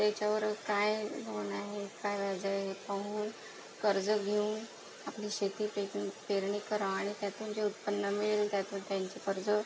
त्याच्यावर काय लोन आहे काय व्याज आहे पाहून कर्ज घेऊन आपली शेती पेटनी पेरणी करा आणि त्यातून जे उत्पन्न मिळेल त्यातनं त्यांचे कर्ज